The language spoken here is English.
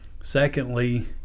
secondly